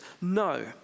No